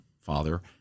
father